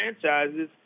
franchises